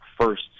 first